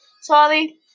Sorry